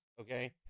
okay